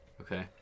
Okay